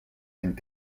and